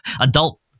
adult